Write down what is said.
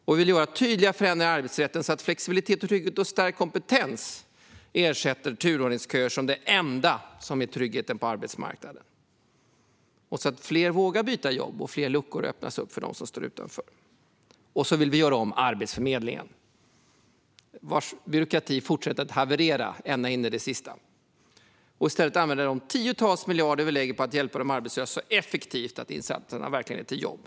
Vi vill göra tydliga förändringar av arbetsrätten så att flexibilitet, trygghet och stärkt kompetens ersätter turordningsköer som det enda som ger trygghet på arbetsmarknaden, fler vågar byta jobb och fler luckor öppnas för dem som står utanför. Vi vill göra om Arbetsförmedlingen, vars byråkrati fortsätter att haverera ända in i det sista. Vi vill i stället använda de tiotals miljarder som vi lägger på att hjälpa de arbetslösa så effektivt att insatserna verkligen leder till jobb.